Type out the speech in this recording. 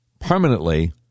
permanently